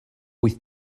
wyth